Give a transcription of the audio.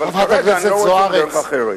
אבל כרגע אני לא רואה שום דרך אחרת.